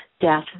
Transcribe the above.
death